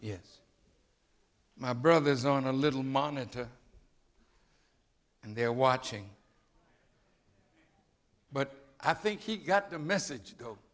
yes my brothers own a little monitor and they're watching but i think he got the message